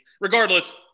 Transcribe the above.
regardless